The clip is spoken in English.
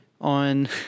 on